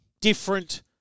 different